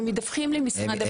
אנחנו מדווחים למשרד הבריאות.